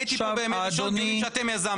הייתי פה בימי ראשון בדיונים שאתם יזמתם.